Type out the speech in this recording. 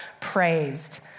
praised